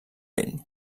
ell